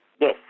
Yes